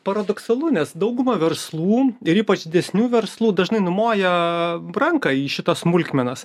paradoksalu nes dauguma verslų ir ypač didesnių verslų dažnai numoja ranka į šitas smulkmenas